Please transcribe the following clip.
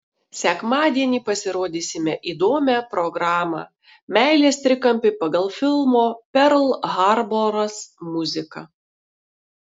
sekmadienį pasirodysime įdomią programą meilės trikampį pagal filmo perl harboras muziką